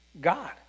God